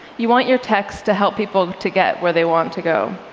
you want your text to help people to get where they want to go.